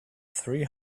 three